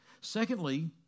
Secondly